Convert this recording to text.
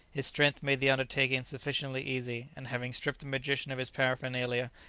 his strength made the undertaking sufficiently easy and having stripped the magician of his paraphernalia,